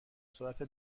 سرعت